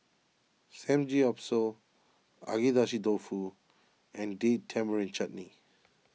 Samgeyopsal Agedashi Dofu and Date Tamarind Chutney